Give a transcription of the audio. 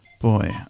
Boy